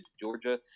Georgia